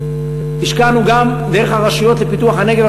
השקענו גם דרך הרשויות לפיתוח הנגב,